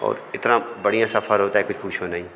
और इतना बढ़िया सफर होता है कि पूछो नहीं